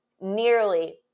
nearly